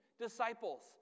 disciples